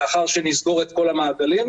לאחר שנסגור את כל המעגלים.